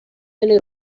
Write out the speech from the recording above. delle